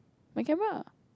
my camera lah